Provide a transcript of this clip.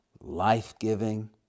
life-giving